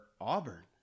Auburn